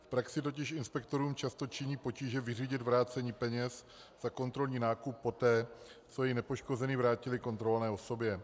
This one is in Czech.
V praxi totiž inspektorům často činí potíže vyřídit vrácení peněz a kontrolní nákup poté, co jej nepoškozený vrátili kontrolované osobě.